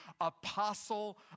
apostle